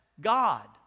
God